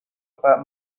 pak